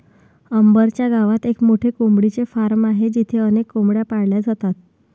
अंबर च्या गावात एक मोठे कोंबडीचे फार्म आहे जिथे अनेक कोंबड्या पाळल्या जातात